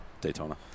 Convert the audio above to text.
Daytona